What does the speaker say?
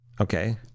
Okay